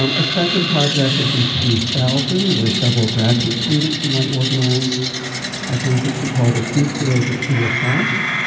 um a second project was in two thousand, where several graduate students and i organized a conference we called the future of the queer past,